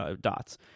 dots